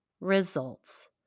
results